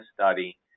study